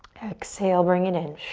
exhale, bring it in.